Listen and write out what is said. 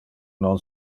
non